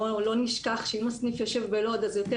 בואו לא נשכח שאם הסניף יושב בלוד אז יותר